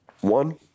one